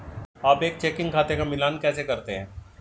आप एक चेकिंग खाते का मिलान कैसे करते हैं?